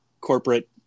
corporate